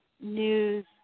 news